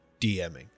DMing